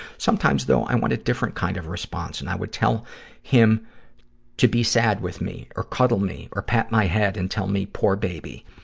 sometimes, though, i want a different kind of response, and i would tell him to be sad with me or cuddle me or pat my head and tell me poor baby.